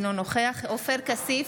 אינו נוכח עופר כסיף,